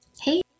Hey